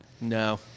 No